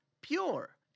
pure